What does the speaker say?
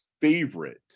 favorite